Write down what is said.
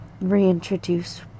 reintroduce